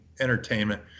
entertainment